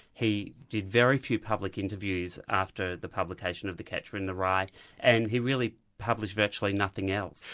he did very few public interviews after the publication of the catcher in the rye and he really published virtually nothing else.